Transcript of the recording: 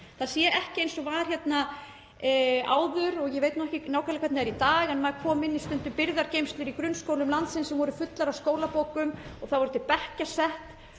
það sé ekki eins og var hérna áður, og ég veit ekki nákvæmlega hvernig það er í dag, þegar maður kom stundum í birgðageymslur í grunnskólum landsins sem voru fullar af skólabókum og það voru til bekkjarsett